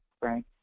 Frank